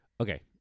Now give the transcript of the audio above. Okay